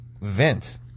vent